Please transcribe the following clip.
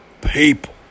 people